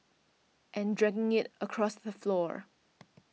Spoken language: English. and dragging it across the floor